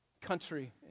country